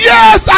Yes